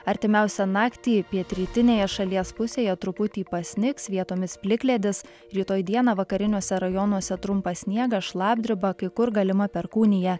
artimiausią naktį pietrytinėje šalies pusėje truputį pasnigs vietomis plikledis rytoj dieną vakariniuose rajonuose trumpas sniegas šlapdriba kai kur galima perkūnija